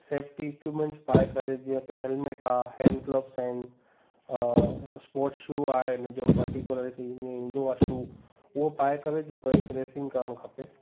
safety equipments पाए करे जीअं की हैलमेट आहे हैंडग्लव्स आहिनि स्पोर्ट शू आहे इन जो पर्टिकुलर हिते हिन ईंदो आहे शू उहो पाए करे बाइक रेसिंग करणु खपे